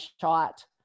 shot